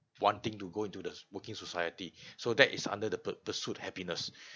wanting to go into the s~ working society so that is under the p~ pursuit happiness